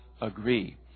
agree